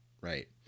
right